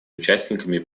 участниками